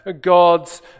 God's